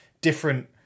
different